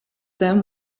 them